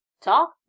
talk